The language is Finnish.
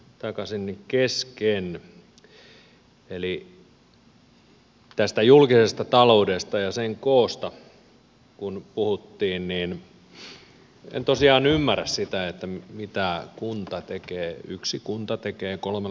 eli kun tästä julkisesta taloudesta ja sen koosta puhuttiin niin en tosiaan ymmärrä sitä mitä yksi kunta tekee kolmella kaupunginjohtajalla